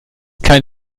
kein